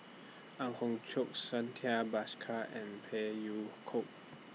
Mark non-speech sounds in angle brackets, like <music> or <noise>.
Ang Hiong Chiok Santha Bhaskar and Phey Yew <noise> Kok